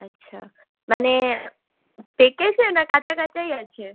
আচ্ছা মানে পেকেছে না কাঁচা কাঁচাই আছে